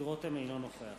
אינו נוכח